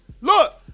Look